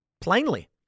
plainly